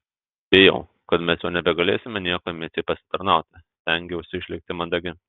bijau kad mes jau nebegalėsime niekuo micei pasitarnauti stengiausi išlikti mandagi